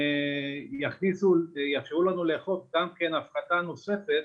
יאפשרו לנו לאכוף גם הפחתה נוספת